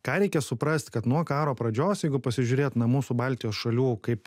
ką reikia suprast kad nuo karo pradžios jeigu pasižiūrėt na mūsų baltijos šalių kaip